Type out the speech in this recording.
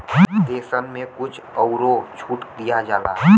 देसन मे कुछ अउरो छूट दिया जाला